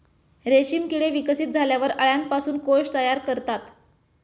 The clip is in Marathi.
रेशीम किडे विकसित झाल्यावर अळ्यांपासून कोश तयार करतात